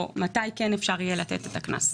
או, מתי כן אפשר יהיה לתת את הקנס?